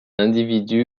individu